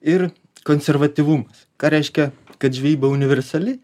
ir konservatyvumas ką reiškia kad žvejyba universali